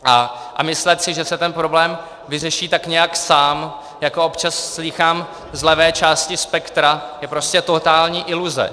A myslet si, že se ten problém vyřeší tak nějak sám, jak občas slýchám z levé části spektra, je prostě totální iluze.